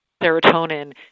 serotonin